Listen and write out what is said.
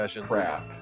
crap